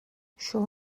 sean